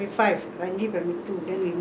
bukit panjang down there err